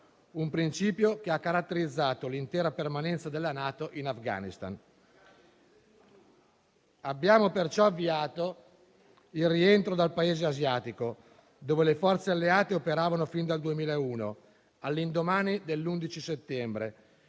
Un principio che ha caratterizzato l'intera permanenza della NATO in Afghanistan. Abbiamo perciò avviato il rientro dal Paese asiatico, dove le forze alleate operavano fin dal 2001, all'indomani dell'11 settembre,